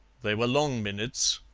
they were long minutes,